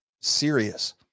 serious